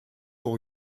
pour